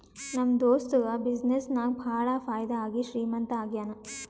ನಮ್ ದೋಸ್ತುಗ ಬಿಸಿನ್ನೆಸ್ ನಾಗ್ ಭಾಳ ಫೈದಾ ಆಗಿ ಶ್ರೀಮಂತ ಆಗ್ಯಾನ